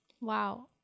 wow